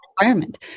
environment